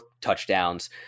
touchdowns